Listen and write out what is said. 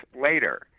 later